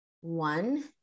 One